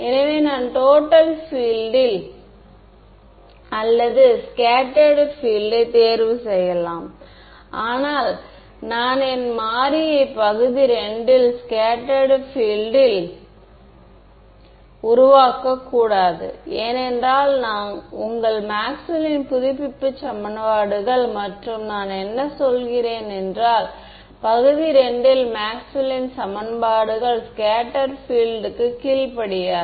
எனவே நான் total field அல்லது ஸ்கேட்டர்டு பீல்ட் யை தேர்வு செய்யலாம் ஆனால் நான் என் மாறியை பகுதி II இல் ஸ்கேட்டர்டு பீல்ட் ல் உருவாக்கக்கூடாது ஏனென்றால் உங்கள் மேக்ஸ்வெல்லின் புதுப்பிப்பு சமன்பாடுகள் மற்றும் நான் என்ன சொல்கிறேன் என்றால் பகுதி II ல் மேக்ஸ்வெல்லின் சமன்பாடுகள் ஸ்கேட்டர்டு பீல்ட் க்கு கீழ்ப்படியாது